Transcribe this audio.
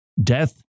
Death